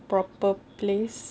proper place